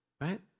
right